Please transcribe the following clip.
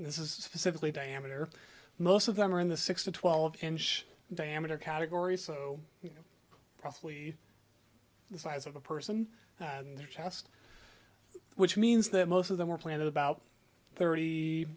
this is simply diameter most of them are in the six to twelve inch diameter category so probably the size of a person and their chest which means that most of them were planted about thirty